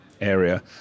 area